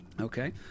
Okay